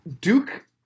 Duke